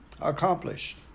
accomplished